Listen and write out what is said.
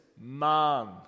man